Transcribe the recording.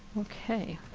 ok,